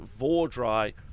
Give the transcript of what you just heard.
Vordry